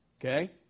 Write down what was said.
Okay